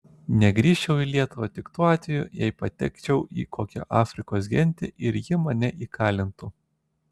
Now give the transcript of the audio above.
negrįžčiau į lietuvą tik tuo atveju jei patekčiau į kokią afrikos gentį ir ji mane įkalintų